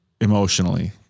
emotionally